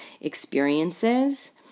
experiences